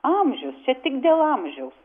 amžius čia tik dėl amžiaus